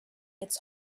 its